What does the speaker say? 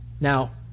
Now